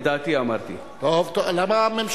את דעתי אמרתי.